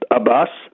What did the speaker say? Abbas